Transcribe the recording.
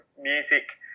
music